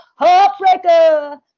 heartbreaker